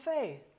faith